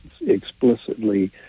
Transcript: explicitly